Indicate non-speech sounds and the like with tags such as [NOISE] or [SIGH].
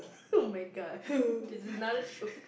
oh-my-god [LAUGHS] this is not a joke